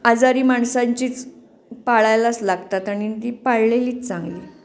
आजारी माणसांचीच पाळायलाच लागतात आणि ती पाळलेलीच चांगली